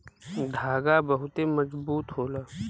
धागा बहुते मजबूत होला